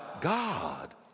God